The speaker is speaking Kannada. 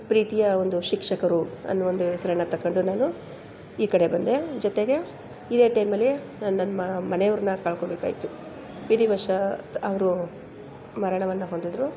ಪ್ರೀತಿಯ ಒಂದು ಶಿಕ್ಷಕರು ಅನ್ನೋ ಒಂದು ಹೆಸರನ್ನು ತಗೊಂಡು ನಾನು ಈ ಕಡೆ ಬಂದೆ ಜೊತೆಗೆ ಇದೇ ಟೈಮಲ್ಲಿ ನಾನು ನನ್ನ ಮನೆಯವ್ರನ್ನ ಕಳ್ಕೊಳ್ಬೇಕಾಯ್ತು ವಿಧಿವಶಾತ್ ಅವರು ಮರಣವನ್ನು ಹೊಂದಿದ್ರು